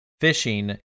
fishing